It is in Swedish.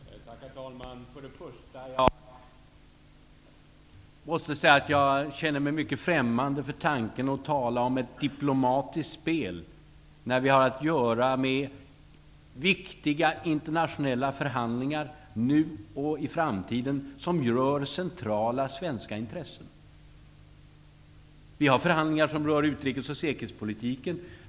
Herr talman! Jag måste säga att jag känner mig mycket främmande inför tanken på ett diplomatiskt spel när vi har att göra med viktiga internationella förhandlingar nu och i framtiden som rör centrala svenska intressen. Vi har förhandlingar som rör utrikes och säkerhetspolitiken.